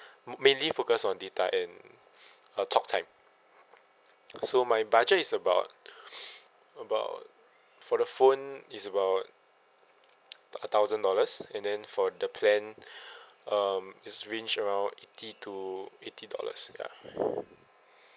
mainly focus on data and uh talk time so my budget is about about for the phone is about a thousand dollars and then for the plan um it's range around eighty to eighty dollars ya